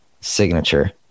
signature